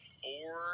four